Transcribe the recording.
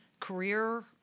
career